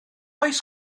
oes